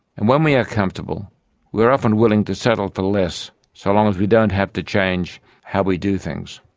and when we are comfortable we are often willing to settle for less, so long as we don't have to change how we do things.